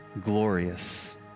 glorious